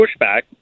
pushback